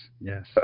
yes